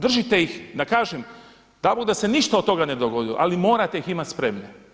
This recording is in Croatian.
Držite ih da kažem, dabogda se ništa od toga ne dogodilo, ali morate ih imati spremne.